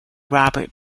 robert